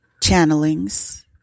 channelings